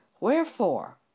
Wherefore